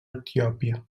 etiòpia